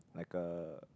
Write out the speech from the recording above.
like uh